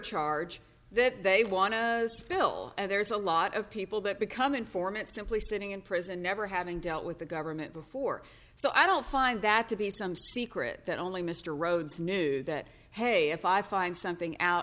charge that they want to spill and there's a lot of people that become informant simply sitting in prison never having dealt with the government before so i don't find that to be some secret that only mr rhodes knew that hey if i find something out